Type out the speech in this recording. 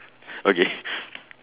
okay